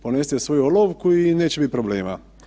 Ponesite svoju olovku i neće biti problema.